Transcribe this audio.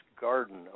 garden